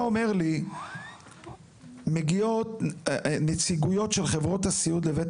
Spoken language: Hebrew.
אתה אומר לי מגיעות נציגויות של חברות הסיעוד לבית